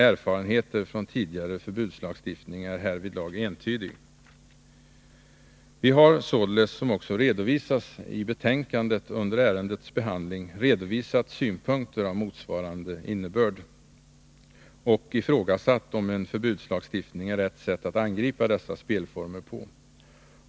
Erfarenheter från tidigare förbudslagstiftning är härvidlag entydiga. Vi har således, som också redovisats i betänkandet, under ärendets gång framfört synpunkter av motsvarande innebörd och ifrågasatt om en förbudslagstiftning är rätt sätt att angripa dessa spelformer.